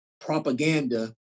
propaganda